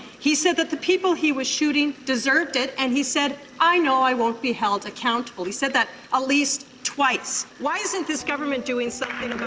he said that the people he was shooting deserved it and he said i know i won't be held accountable. he said that at ah least twice. why isn't this government doing something